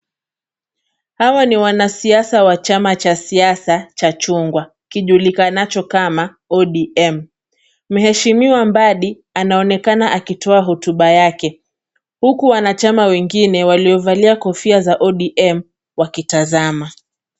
Hawa ni wanasiasa wa chama cha siasa cha chungwa, kijulikanacho kama ODM mheshimiwa Mbadi anaonekana akitoa hutuba yake huku wanachama wengine waliovalia kofia za ODM wakitazama.